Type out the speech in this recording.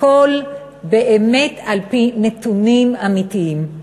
הכול באמת על-פי נתונים אמיתיים.